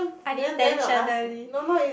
unintentionally